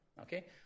okay